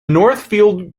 northfield